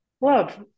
Love